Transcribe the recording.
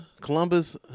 columbus